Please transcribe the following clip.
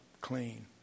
clean